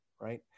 right